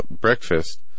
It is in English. breakfast